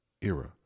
era